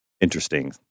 interesting